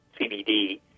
CBD